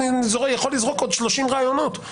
אני יכול לזרוק עוד 30 רעיונות.